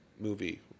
movie